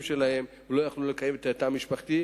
שלהם ולא היו יכולים לקיים את התא המשפחתי.